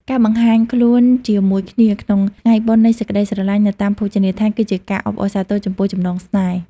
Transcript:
ការបង្ហាញខ្លួនជាមួយគ្នាក្នុងថ្ងៃបុណ្យនៃសេចក្ដីស្រឡាញ់នៅតាមភោជនីយដ្ឋាន គឺជាការអបអរសាទរចំពោះចំណងស្នេហ៍។